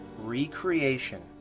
recreation